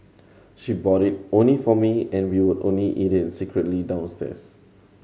she bought it only for me and we would only eat it secretly downstairs